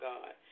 God